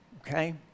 okay